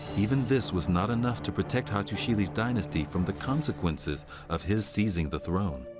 even this was not enough to protect hattusili's dynasty from the consequences of his seizing the throne.